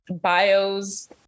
bios